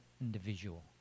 individual